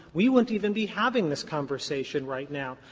we wouldn't even be having this conversation right now.